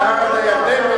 מהים עד הירדן,